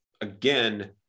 Again